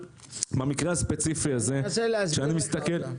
אני מנסה להסביר אותה.